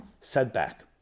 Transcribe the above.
setback